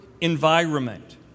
environment